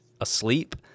asleep